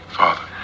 father